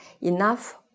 enough